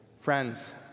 Friends